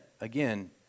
again